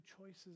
choices